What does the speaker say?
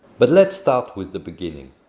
but let's start with the beginning.